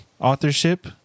authorship